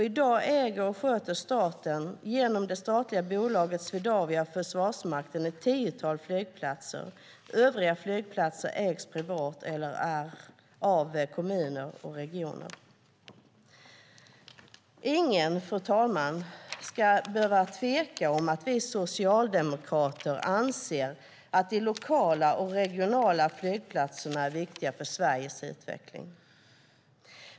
I dag äger och sköter staten genom det statliga bolaget Swedavia och Försvarsmakten ett tiotal flygplatser. Övriga flygplatser ägs privat, av kommuner eller av regioner. Ingen behöver tveka om att vi socialdemokrater anser att de lokala och regionala flygplatserna är viktiga för Sveriges utveckling.